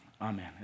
Amen